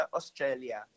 Australia